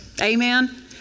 Amen